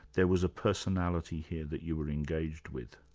there was a personality here that you were engaged with.